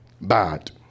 bad